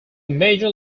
major